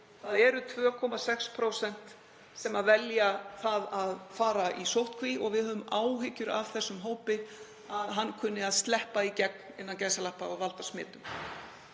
Það eru 2,6% sem velja það að fara í sóttkví og við höfum áhyggjur af þessum hópi, að hann kunni að „sleppa í gegn“ og valda smitum.